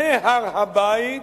להר-הבית.